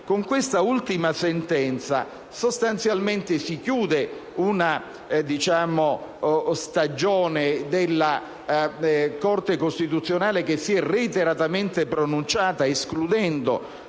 Con questa ultima sentenza, sostanzialmente si chiude una stagione della Corte costituzionale che si è reiteratamente pronunciata, escludendo